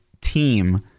team